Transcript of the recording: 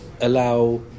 allow